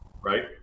right